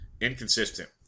inconsistent